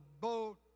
boat